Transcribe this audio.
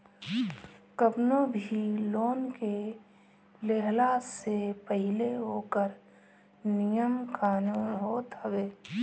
कवनो भी लोन के लेहला से पहिले ओकर नियम कानून होत हवे